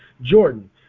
Jordan